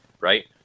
right